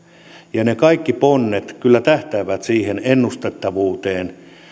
ne kaikki ponnet kyllä tähtäävät siihen ennustettavuuteen